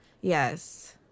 Yes